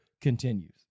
continues